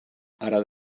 ara